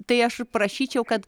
tai aš prašyčiau kad